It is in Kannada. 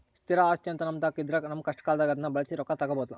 ಸ್ಥಿರ ಆಸ್ತಿಅಂತ ನಮ್ಮತಾಕ ಇದ್ರ ನಮ್ಮ ಕಷ್ಟಕಾಲದಾಗ ಅದ್ನ ಬಳಸಿ ರೊಕ್ಕ ತಗಬೋದು